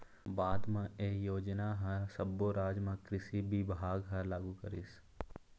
बाद म ए योजना ह सब्बो राज म कृषि बिभाग ह लागू करिस